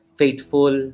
faithful